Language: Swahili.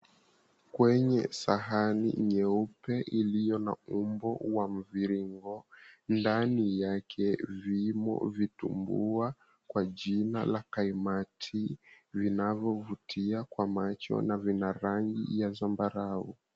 Kwenye sahani nyeupe iliyo na umbo la mviringo, ndani yake vimo vitumbua kwa jina la kaimati vinavyovutia kwa macho na vina rangi ya zambarau.